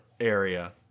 area